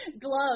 Gloves